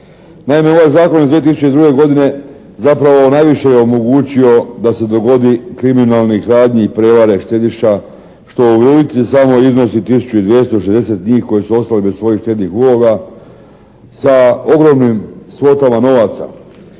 Naime ovaj zakon iz 2002. godine zapravo najviše je omogućio da se dogodi kriminalnih radnji i prevare štediša što u Virovitici samo 1260 njih koji su ostali bez svojih štednih uloga sa ogromnim svotama novaca.